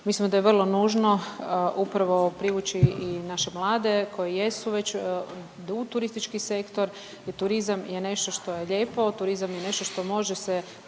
Mislimo da je vrlo nužno upravo privući i naše mlade koji jesu već u turistički sektor i turizam je nešto što je lijepo, turizam je nešto što može se,